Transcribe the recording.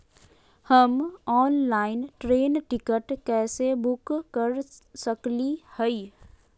हम online train ticket कैसे book कर सकली हई?